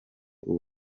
ubu